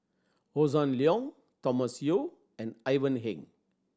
Hossan Leong Thomas Yeo and Ivan Heng